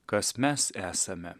kas mes esame